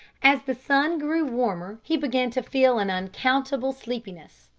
as the sun grew warmer he began to feel an unaccountable sleepiness.